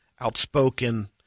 outspoken